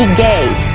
and gay,